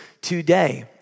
today